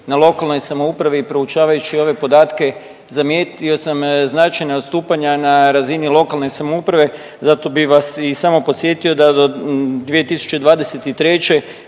na lokalnoj samoupravi i proučavajući ove podatke zamijetio sam značajna odstupanja na razini lokalne samouprave zato bih vas i samo podsjetio da do 2023.